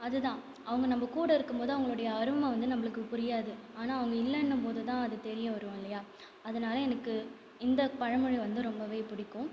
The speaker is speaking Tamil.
அதுதான் அவங்க நம்ம கூட இருக்கும்போது அவர்களுடைய அருமை வந்து நம்மளுக்கு புரியாது ஆனால் அவங்க இல்லைன்னும் போதுதான் அது தெரிய வரும் இல்லையா அதனாலே எனக்கு இந்த பழமொழி வந்து ரொம்பவே பிடிக்கும்